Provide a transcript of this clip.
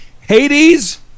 Hades